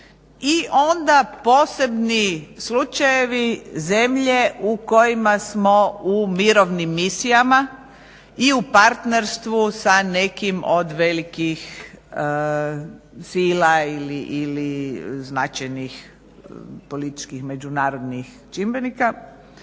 I onda posebni slučajevi zemlje u kojima smo u mirovnim misijama i u partnerstvu sa nekim od velikih sila ili značajnih političkih međunarodnih čimbenika.